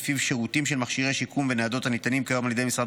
שלפיו שירותים של מכשירי שיקום וניידות הניתנים כיום על ידי משרד